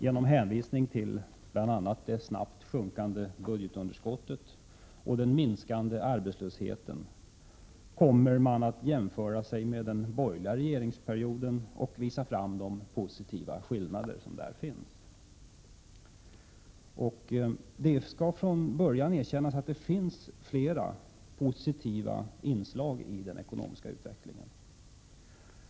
Med hänvisning till bl.a. det snabbt sjunkande budgetunderskottet och den minskande arbetslösheten kommer man att göra jämförelser med den borgerliga regeringsperioden och visa på de positiva skillnaderna. Jag vill redan nu erkänna att det finns flera positiva inslag i den ekonomiska utvecklingen.